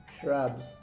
shrubs